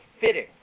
fitting